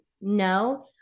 no